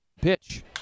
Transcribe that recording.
Pitch